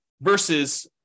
versus –